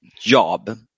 Job